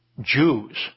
Jews